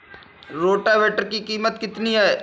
Rotavator की कीमत कितनी है?